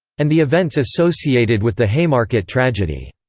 and the events associated with the haymarket tragedy.